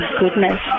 goodness